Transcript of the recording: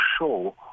show